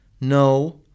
No